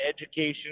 education